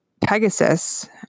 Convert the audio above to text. Pegasus